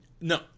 No